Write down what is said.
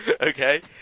Okay